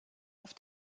auf